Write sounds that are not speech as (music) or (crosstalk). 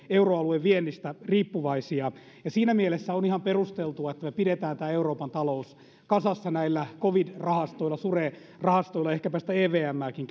euroalueen viennistä riippuvaisia siinä mielessä on ihan perusteltua että me pidämme euroopan talouden kasassa näillä covid rahastoilla sure rahastoilla ehkäpä sitä evmääkin (unintelligible)